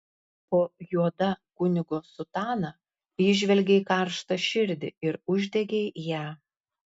po juoda kunigo sutana įžvelgei karštą širdį ir uždegei ją